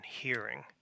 hearing